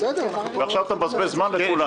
ועכשיו אתה מבזבז זמן לכולם.